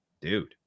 dude